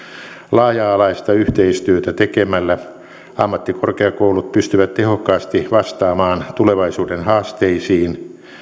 laaja alaista yhteistyötä tekemällä ammattikorkeakoulut pystyvät tehokkaasti vastaamaan tulevaisuuden haasteisiin